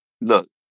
look